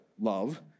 love